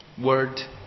Word